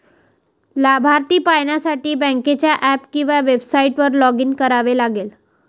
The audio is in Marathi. लाभार्थी पाहण्यासाठी बँकेच्या ऍप किंवा वेबसाइटवर लॉग इन करावे लागेल